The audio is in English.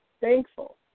Thankful